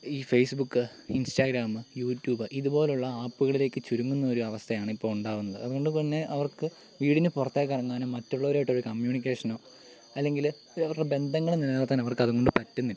ഈ Facebook Instagram YouTube ഇതുപോലുള്ള അപ്പുകളിലേക്ക് ചുരുങ്ങുന്ന ഒരു അവസ്ഥയാണ് ഇപ്പോൾ ഉണ്ടാകുന്നത് അതു കൊണ്ട് തന്നെ അവർക്ക് വീടിന് പുറത്തേയ്ക്ക് ഇറങ്ങാനും മറ്റുള്ളവരുമായിട്ട് ഒരു കമ്മ്യൂണിക്കേഷനോ അല്ലെങ്കിൽ അവരുടെ ബന്ധങ്ങൾ നിലനിർത്താൻ അവർക്ക് അത് കൊണ്ട് പറ്റുന്നില്ല